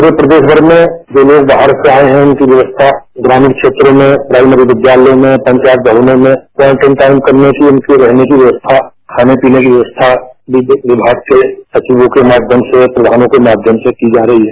पूरे प्रदेशमर में जो लोग बाहर से आये हैं उनकी व्यवस्था ग्रामीण क्षेत्रों में प्राइमरी विधयालयों में पंचायत भवनों में क्वारेन्टाइन करने की उनके रहने की व्यवस्था खानेपीने की व्यवस्था विद्युत विभाग के सचिवों के माध्यम से प्रधानों के माध्यम से की जा रही है